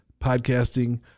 podcasting